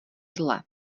zle